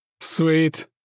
Sweet